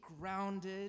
grounded